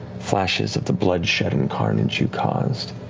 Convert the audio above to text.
flashes of the bloodshed and carnage you caused.